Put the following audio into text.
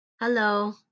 Hello